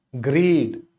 greed